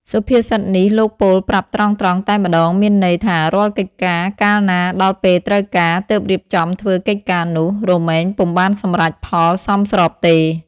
សុភាសិននេះលោកពោលប្រាប់ត្រង់ៗតែម្ដងមានន័យថារាល់កិច្ចការ កាលណាដល់ពេលត្រូវការ ទើបរៀបចំធ្វើកិច្ចការនោះ រមែងពុំបានសម្រេចផលសមស្របទេ ។